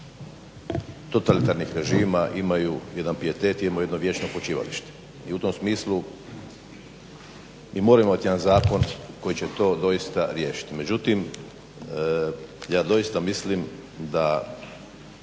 totalitarnih režima imaju jedan pijetet i imaju jedno vječno počivalište. I u tom smislu mi moramo imati jedan zakon koji će to doista riješiti. Međutim, ja doista mislim da